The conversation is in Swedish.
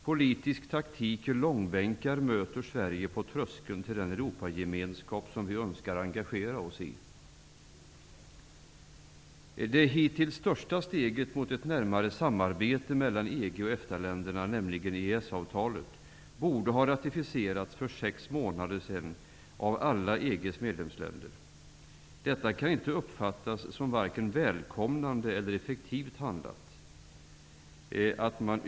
Politisk taktik och långbänkar möter Sverige på tröskeln till den Europagemenskap som vi önskar engagera oss i. Det hittills största steget mot ett närmare samarbete mellan EG och EFTA-länderna, EES avtalet, borde ha ratificerats för sex månader sedan av alla EG:s medlemsländer. Detta kan inte uppfattas som vare sig välkomnande eller effektivt handlat.